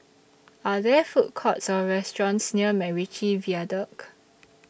Are There Food Courts Or restaurants near Macritchie Viaduct